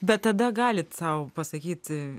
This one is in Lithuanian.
bet tada galit sau pasakyt